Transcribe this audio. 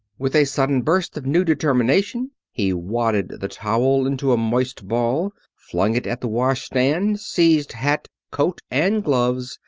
with a sudden burst of new determination he wadded the towel into a moist ball, flung it at the washstand, seized hat, coat, and gloves,